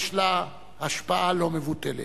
יש לה השפעה לא מבוטלת.